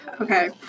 Okay